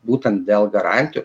būtent dėl garantijų